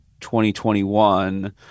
2021